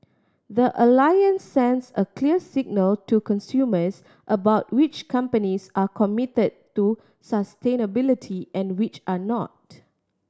the Alliance sends a clear signal to consumers about which companies are committed to sustainability and which are not